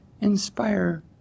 inspire